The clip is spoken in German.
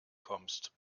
kommst